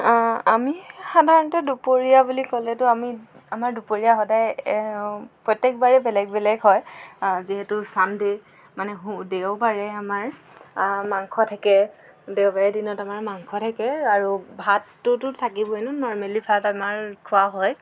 অঁ আমি সাধাৰণতে দুপৰীয়া বুলি ক'লেতো আমি আমাৰ দুপৰীয়া সদায় প্ৰত্যেকবাৰেই বেলেগ বেলেগ হয় যিহেতু ছানডে দেওবাৰে আমাৰ মাংস থাকে দেওবাৰে দিনত আমাৰ মাংস থাকে আৰু ভাতটোতো থাকিবই ন আমাৰ নৰ্মেলি ভাতটো খোৱা হয়